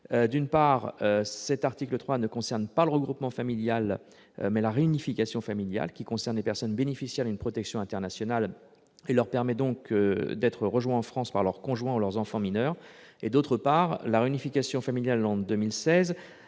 D'une part, l'article 3 ne concerne pas le regroupement familial, mais la réunification familiale, laquelle concerne les personnes bénéficiaires d'une protection internationale et leur permet d'être rejoints en France par leur conjoint ou leurs enfants mineurs. D'autre part, en 2016, la réunification familiale a